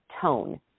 tone